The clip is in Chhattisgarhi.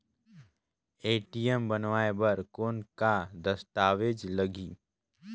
ए.टी.एम बनवाय बर कौन का दस्तावेज लगही?